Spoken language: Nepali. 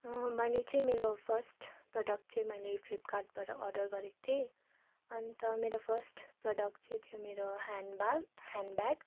मैले चाहिँ मेरो फर्स्ट प्रडक्ट चाहिँ मैले फ्लिपकार्टबाट अर्डर गरेक थिएँ अन्त मेरो फर्स्ट प्रडक्ट चाहिँ थियो मेरो ह्यान्ड ब्याग ह्यान्ड ब्याग